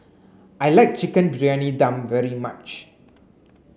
I like Chicken Briyani Dum very much